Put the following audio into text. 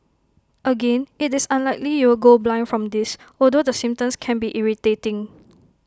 again IT is unlikely you will go blind from this although the symptoms can be irritating